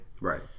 Right